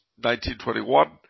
1921